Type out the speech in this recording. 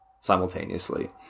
simultaneously